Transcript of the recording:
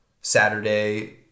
saturday